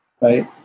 right